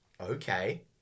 Okay